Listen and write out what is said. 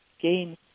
gain